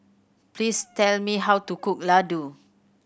please tell me how to cook Ladoo